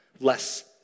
Less